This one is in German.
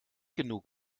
genug